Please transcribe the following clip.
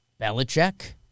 Belichick